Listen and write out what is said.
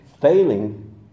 failing